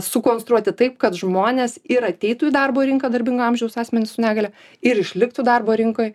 sukonstruoti taip kad žmonės ir ateitų į darbo rinką darbingo amžiaus asmenys su negalia ir išliktų darbo rinkoj